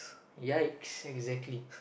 yikes exactly